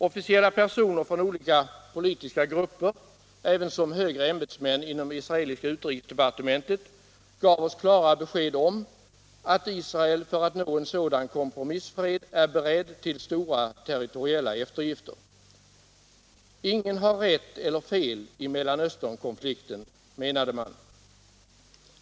Officiella personer från olika politiska grupper, ävensom högre ämbetsmän inom israeliska utrikesdepartementet, gav oss klara besked om att Israel för att nå en sådan kompromissfred är berett till stora territoriella eftergifter. Ingen har rätt eller fel i Mellanösternkonflikten, menade man.